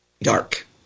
dark